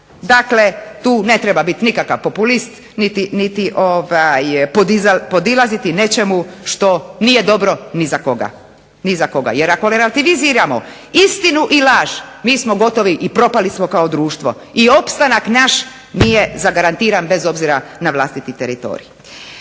Dakle, tu ne treba biti nikakav populist niti podilaziti nečemu što nije dobro ni za koga jer ako relativiziramo istinu i laž mi smo gotovi i propali smo kao društvo i opstanak naš nije zagarantiran bez obzira na vlastiti teritorij.